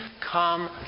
come